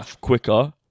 quicker